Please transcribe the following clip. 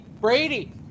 Brady